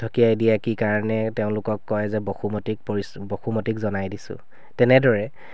ঢকিয়াই দিয়ে কি কাৰণে তেওঁলোকক কয় যে বসুমতিক পৰিচয় বসুমতিক জনাই দিছোঁ তেনেদৰে